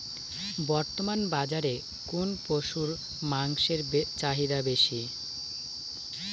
বর্তমান বাজারে কোন পশুর মাংসের চাহিদা বেশি?